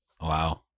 Wow